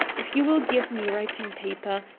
if you will give me writing-paper,